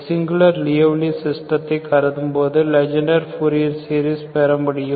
singular Liouville சிஸ்டத்தை கருதும்போது Legendre Fourier series பெற முடியும்